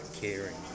caring